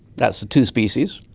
that's the two species,